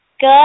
Good